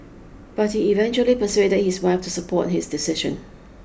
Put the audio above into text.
but he eventually persuaded his wife to support his decision